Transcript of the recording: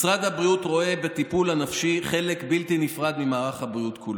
משרד הבריאות רואה בטיפול הנפשי חלק בלתי נפרד ממערך הבריאות כולו.